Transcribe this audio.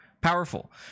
powerful